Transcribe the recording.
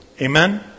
Amen